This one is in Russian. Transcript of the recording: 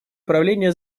правления